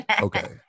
Okay